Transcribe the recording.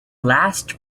last